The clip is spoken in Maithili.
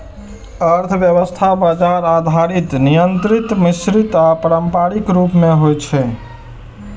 अर्थव्यवस्था बाजार आधारित, नियंत्रित, मिश्रित आ पारंपरिक रूप मे होइ छै